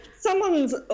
someone's